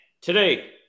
today